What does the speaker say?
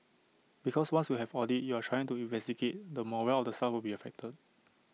because once you have audit you are trying to investigate the morale of the staff will be affected